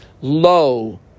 lo